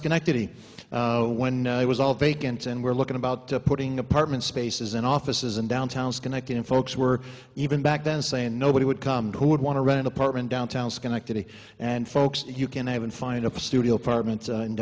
schenectady when i was all vacant and we're looking about putting apartment spaces in offices and downtown is connected and folks were even back then saying nobody would come to who would want to rent an apartment downtown schenectady and folks you can't even find a studio apartment in